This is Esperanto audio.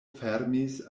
fermis